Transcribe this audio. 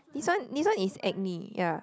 this one this one is acne ya